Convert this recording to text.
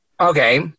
Okay